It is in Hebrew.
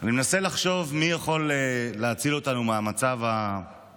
אני מנסה לחשוב מי יכול להציל אותנו מהמצב הפסיכוטי,